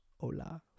Hola